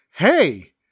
hey